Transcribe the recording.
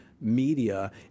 media